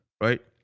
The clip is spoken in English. right